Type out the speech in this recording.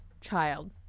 child